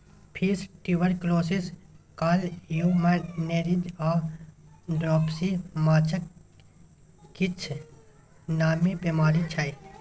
fish tuberculosis, columnaris आ dropsy माछक किछ नामी बेमारी छै